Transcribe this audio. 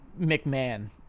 McMahon